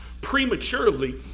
prematurely